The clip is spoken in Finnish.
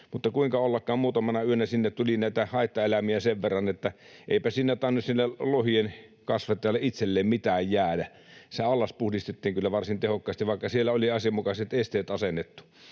mutta kuinka ollakaan, muutamana yönä sinne tuli näitä haittaeläimiä sen verran, että eipä siinä tainnut sille lohien kasvattajalle itselleen mitään jäädä. Se allas puhdistettiin kyllä varsin tehokkaasti, vaikka siellä oli asianmukaiset esteet asennettu.